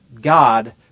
God